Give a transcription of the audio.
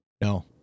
No